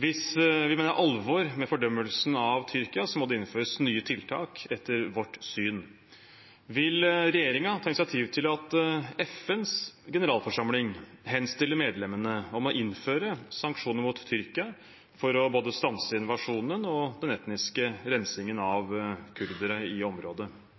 Hvis vi mener alvor med fordømmelsen av Tyrkia, må det innføres nye tiltak, etter vårt syn. Vil regjeringen ta initiativ til at FNs generalforsamling henstiller til medlemmene om å innføre sanksjoner mot Tyrkia for å stanse både invasjonen og den etniske rensingen av kurdere i området?